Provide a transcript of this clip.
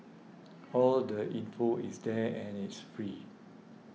all the info is there and it's free